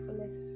less